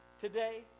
today